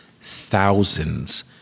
thousands